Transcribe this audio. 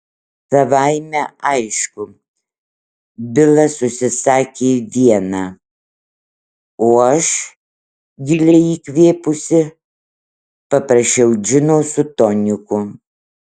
savaime aišku bilas užsisakė vieną o aš giliai įkvėpusi paprašiau džino su toniku